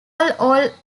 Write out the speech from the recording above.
all